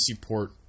port